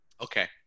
Okay